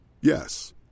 Yes